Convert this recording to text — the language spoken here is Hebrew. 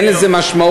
אין לזה משמעות,